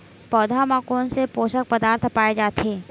पौधा मा कोन से पोषक पदार्थ पाए जाथे?